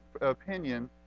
opinion